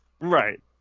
Right